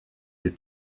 des